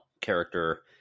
character